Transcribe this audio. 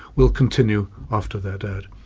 will continue after they're dead.